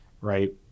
Right